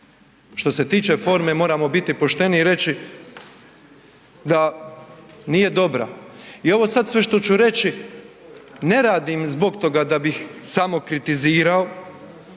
Što se tiče forme, moramo biti pošteni i reći da nije dobra. I ovo sada sve što ću reći ne radim zbog toga da bih samo kritizirao